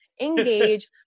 Engage